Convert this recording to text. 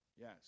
Yes